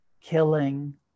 killing